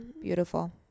Beautiful